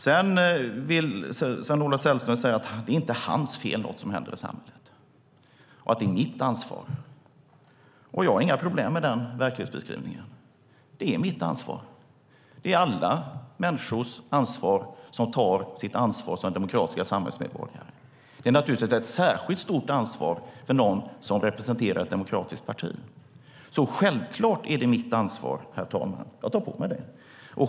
Sedan säger han att något som händer i samhället inte är hans fel utan att det är mitt ansvar. Jag har inga problem med den verklighetsbeskrivningen. Det är mitt ansvar. Det är ett ansvar för alla människor som tar sitt ansvar som demokratiska samhällsmedborgare. Det är naturligtvis ett särskilt stor ansvar för någon som representerar ett demokratiskt parti. Självklart är det mitt ansvar. Jag tar på mig det.